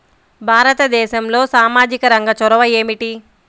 భారతదేశంలో సామాజిక రంగ చొరవ ఏమిటి?